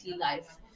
life